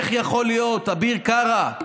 איך יכול להיות, אביר קארה?